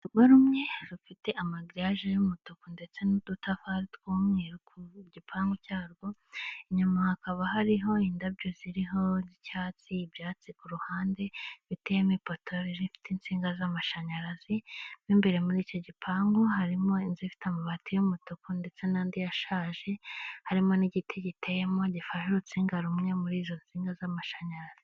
Urugo rumwe rufite amagiriyaje y'umutuku ndetse n'udutafari tw'umweru ku gipangu cyarwo, inyuma hakaba hariho indabyo ziriho icyatsi, ibyatsi ku ruhande biteyemo ipoto ifite insinga z'amashanyarazi mu imbere muri icyo gipangu harimo inzu ifite amabati y'umutuku ndetse n'andi yashaje harimo n'igiti giteyemo gifashe urutsinga rumwe muri izo nsinga z'amashanyarazi.